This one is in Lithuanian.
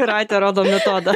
jūratė rodo metodą